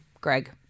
Greg